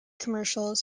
commercials